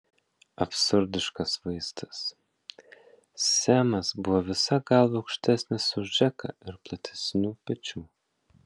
absurdiškas vaizdas semas buvo visa galva aukštesnis už džeką ir platesnių pečių